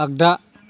आगदा